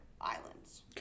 islands